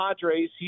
Padres